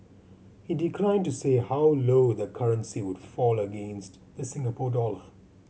he declined to say how low the currency would fall against the Singapore dollar